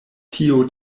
tio